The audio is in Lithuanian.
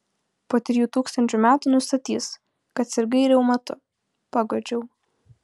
po trijų tūkstančių metų nustatys kad sirgai reumatu paguodžiau